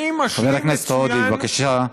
חבר הכנסת עודה, בבקשה.